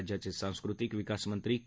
राज्याचे सांस्कृतिक विकास मंत्री के